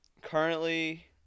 currently